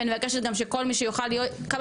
ואני מבקשת גם שכל מי שיוכל להיות כמה